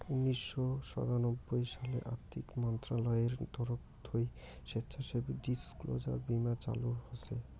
উনিশশো সাতানব্বই সালে আর্থিক মন্ত্রণালয়ের তরফ থুই স্বেচ্ছাসেবী ডিসক্লোজার বীমা চালু হসে